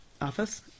office